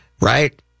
right